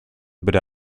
bere